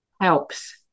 helps